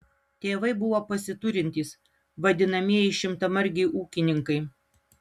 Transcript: tėvai buvo pasiturintys vadinamieji šimtamargiai ūkininkai